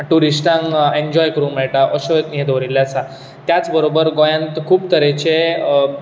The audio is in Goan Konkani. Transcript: ट्युरीस्टांक एन्जोय करूंक मेळटा अशे हें दवरिल्लें आसा त्याच बरोबर गोंयांत खूब तरेचे